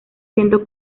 siento